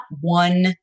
one